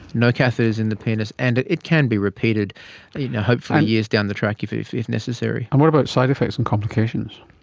no catheters in the penis, and it can be repeated you know hopefully years down the track if if necessary. and what about side-effects and complications?